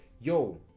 yo